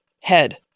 head